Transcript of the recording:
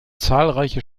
zahlreiche